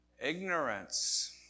Ignorance